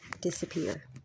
disappear